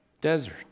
Desert